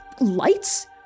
lights